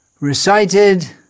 recited